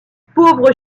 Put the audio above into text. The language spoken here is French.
pauvre